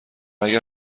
اگر